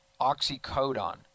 Oxycodone